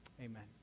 amen